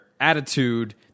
attitude